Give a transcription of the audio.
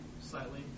slightly